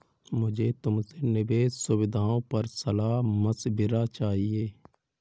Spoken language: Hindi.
मुझे तुमसे निवेश सुविधाओं पर सलाह मशविरा चाहिए